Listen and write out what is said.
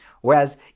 Whereas